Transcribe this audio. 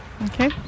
Okay